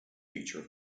feature